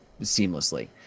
seamlessly